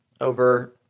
over